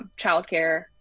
childcare